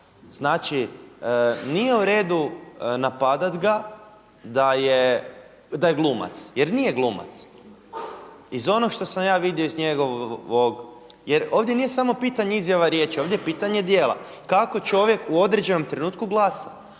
Znači nije u redu napadat ga da je glumac, jer nije glumac. Iz onog što sam ja vidio iz njegovog, jer ovdje nije samo pitanje izjava riječi, ovdje je pitanje djela kako čovjek u određenom trenutku glasa.